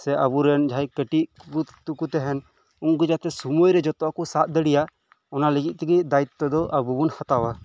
ᱥᱮ ᱟᱵᱚᱨᱮᱱ ᱡᱟᱦᱟᱸᱭ ᱠᱟᱴᱤᱡ ᱠᱚᱠᱚ ᱛᱟᱦᱮᱱ ᱩᱝᱠᱩ ᱡᱟᱛᱮ ᱥᱳᱢᱳᱭ ᱨᱮ ᱡᱷᱚᱛᱚᱣᱟᱜ ᱠᱚ ᱥᱟᱵ ᱫᱟᱲᱮᱭᱟᱜ ᱚᱱᱟ ᱞᱟᱜᱤᱫ ᱛᱮᱜᱮ ᱫᱟᱭᱤᱛᱛᱚ ᱫᱚ ᱟᱵᱚ ᱵᱚᱱ ᱦᱟᱛᱟᱣᱟ